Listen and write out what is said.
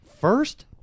first